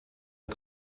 pas